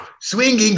Swinging